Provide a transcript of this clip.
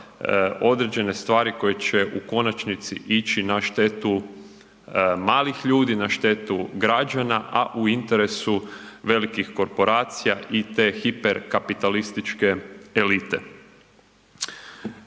određene stvari koje će u konačnici ići na štetu malih ljudi, na štetu građana a u interesu velikih korporacija i te hiperkapitalističke elite.